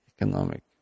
economic